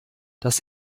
das